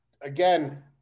again